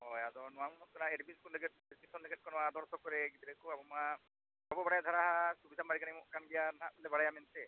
ᱦᱳᱭ ᱟᱫᱚ ᱱᱚᱣᱟ ᱢᱟᱵᱚᱱ ᱵᱟᱲᱟᱭ ᱮᱰᱢᱤᱥᱚᱱ ᱞᱟᱹᱜᱤᱫ ᱮᱰᱢᱤᱥᱚᱱ ᱞᱟᱹᱜᱤᱫ ᱱᱚᱣᱟ ᱚᱣᱟᱴᱥᱮᱯ ᱜᱤᱫᱽᱨᱟᱹ ᱠᱚᱣᱟᱜ ᱢᱟ ᱟᱵᱚ ᱵᱟᱲᱟᱭ ᱫᱷᱟᱨᱟ ᱥᱩᱵᱤᱫᱷᱟ ᱢᱟ ᱧᱟᱢᱚᱜ ᱠᱟᱱ ᱜᱮᱭᱟ ᱵᱟᱲᱟᱭᱟ ᱢᱮᱱᱛᱮ